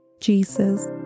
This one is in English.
Jesus